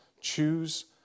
Choose